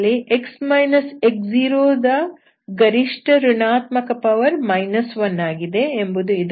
p ನಲ್ಲಿ ದ ಗರಿಷ್ಠ ಋಣಾತ್ಮಕ ಪವರ್ 1 ಆಗಿದೆ ಎಂಬುದು ಇದರ ಅರ್ಥ